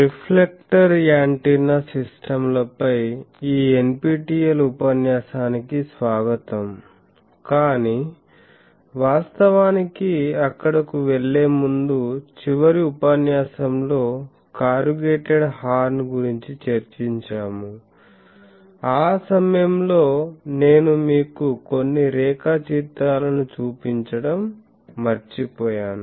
reflector antenna సిస్టమ్లపై ఈ NPTEL ఉపన్యాసానికి స్వాగతం కాని వాస్తవానికి అక్కడకు వెళ్ళే ముందు చివరి ఉపన్యాసంలో కారుగేటేడ్ హార్న్ గురించి చర్చించాము ఆ సమయంలో నేను మీకు కొన్ని రేఖాచిత్రాలను చూపించడం మర్చిపోయాను